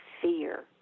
fear